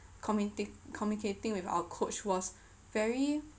committing communicating with our coach was very